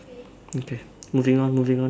okay moving on moving on